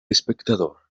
espectador